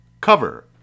Cover